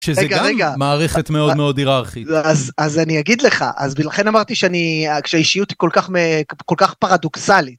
שזה גם מערכת מאוד מאוד הירארכית. אז אני אגיד לך, אז לכן אמרתי שאני, כשהאישיות היא כל כך פרדוקסלית.